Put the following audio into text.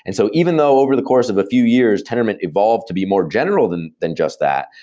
and so even though over the course of a few years, tendermint evolved to be more general than than just that.